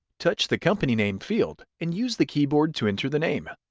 touch the company name field and use the keyboard to enter the name.